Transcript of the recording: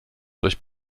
durch